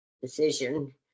decision